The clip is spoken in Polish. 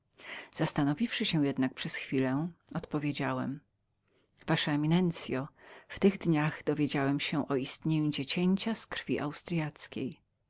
zajmującego zastanowiwszy się jednak przez chwilę odpowiedziałem wasza eminencyo w tych dniach dowiedziałem się o istnieniu dziecięcia z krwi austryackiej